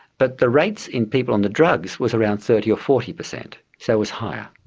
but the rates in people on the drugs was around thirty or forty percent. so it was higher.